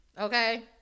Okay